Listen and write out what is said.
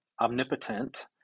omnipotent